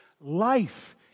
life